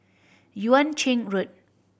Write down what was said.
Yuan Ching Road